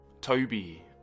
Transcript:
Toby